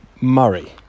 Murray